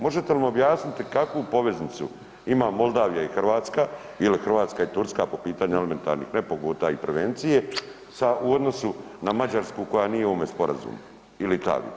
Možete li mi objasniti kakvu poveznicu ima Moldavija i Hrvatska, ili Hrvatska i Turska po pitanju elementarnih nepogoda i prevencije sa, u odnosu na Mađarsku koja nije u ovom sporazumu, ili Italiju?